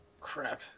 Crap